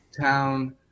town